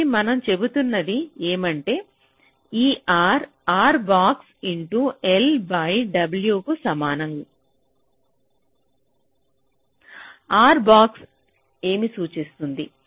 కాబట్టి మనం చెబుతున్నది ఏమిటంటే ఈ R R𑂽 l w కు సమానం R⧠ ఏమి సూచిస్తుంది